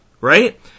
right